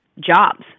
jobs